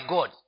God